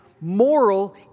moral